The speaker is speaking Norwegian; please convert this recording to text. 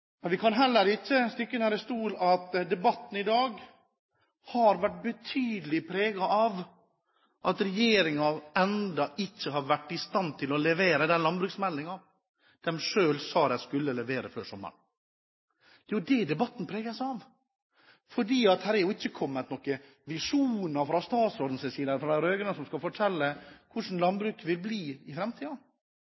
Men vi kan heller ikke stikke under stol at debatten i dag har vært betydelig preget av at regjeringen ennå ikke har vært i stand til å levere den landbruksmeldingen de selv sa de skulle levere før sommeren. Det er jo det debatten preges av, for det har ikke kommet noen visjoner fra statsrådens side, fra de rød-grønne, som forteller hvordan landbruket skal